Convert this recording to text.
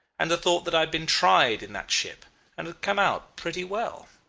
and the thought that i had been tried in that ship and had come out pretty well.